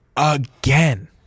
Again